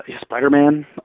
Spider-Man